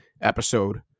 episode